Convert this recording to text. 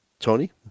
Tony